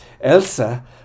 Elsa